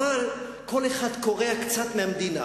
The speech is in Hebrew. אבל כל אחד קורע קצת מהמדינה,